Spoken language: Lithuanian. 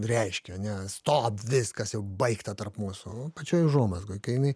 reiškia ne stop viskas jau baigta tarp mūsų pačioj užuomazgoj kai jinai